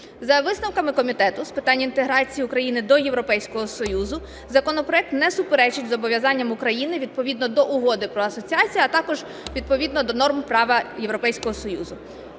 За висновками Комітету з питань інтеграції України до Європейського Союзу законопроект не суперечить зобов'язанням України відповідно до Угоди про асоціацію, а також відповідно до норм права Європейського Союзу.